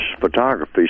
photography